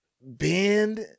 bend